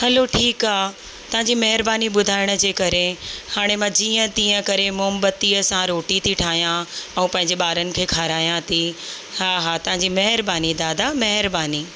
हलो ठीकु आहे तव्हांजी महिरबानी ॿुधाइण जे करे हाणे मां जीअं तीअं करे मेणबती सां रोटी थी ठाहियां ऐं पंहिंजे ॿारनि खे खारायां थी हा हा तव्हांजी महिरबानी दादा महिरबानी